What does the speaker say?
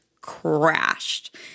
crashed